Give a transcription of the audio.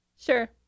Sure